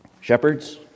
Shepherds